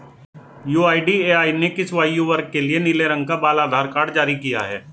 UIDAI ने किस आयु वर्ग के लिए नीले रंग का बाल आधार कार्ड जारी किया है?